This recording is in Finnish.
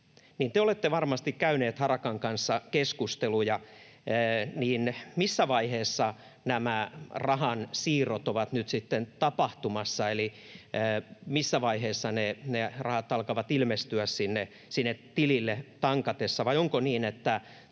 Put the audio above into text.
Te olette varmasti käyneet Harakan kanssa keskusteluja, joten missä vaiheessa nämä rahansiirrot ovat nyt sitten tapahtumassa, eli missä vaiheessa ne rahat alkavat ilmestyä sinne tilille tankatessa?